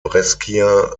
brescia